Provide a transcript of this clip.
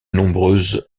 nombreuses